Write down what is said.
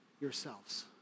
yourselves